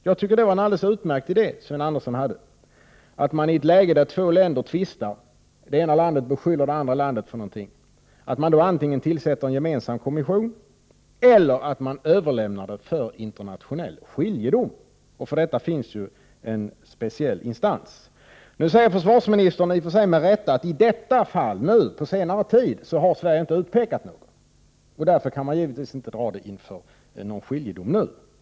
Jag tycker det var en alldeles utmärkt idé Sten Andersson hade, att man i ett läge där två länder tvistar, det ena landet beskyller det andra landet för någonting, att man då antingen tillsätter en gemensam kommission eller överlämnar ärendet för internationell skiljedom. För detta finns ju en speciell instans. Nu säger försvarsministern, i och för sig med rätta, att Sverige nu på senare tid inte har utpekat någon, och att man därför inte kan dra någon inför skiljedom nu.